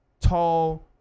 tall